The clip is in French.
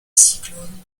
cyclone